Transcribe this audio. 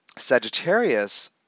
Sagittarius